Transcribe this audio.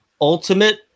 ultimate